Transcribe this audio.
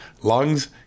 lungs